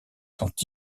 sont